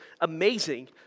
amazing